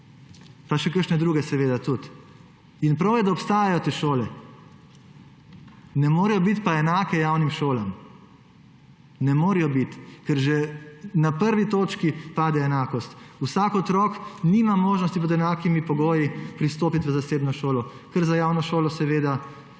pa še kakšne druge seveda tudi. In prav je, da obstajajo te šole, ne morejo biti pa enake javnim šolam. Ne morejo biti, ker že na prvi točki pade enakost. Vsak otrok nima možnosti pod enakimi pogoji pristopiti v zasebno šolo, kar za javno šolo velja.